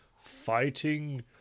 fighting